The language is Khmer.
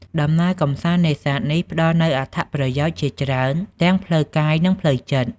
ដំណើរកម្សាន្តនេសាទនេះផ្តល់នូវ អត្ថប្រយោជន៍ ជាច្រើនទាំងផ្លូវកាយនិងផ្លូវចិត្ត។